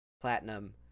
platinum